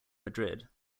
madrid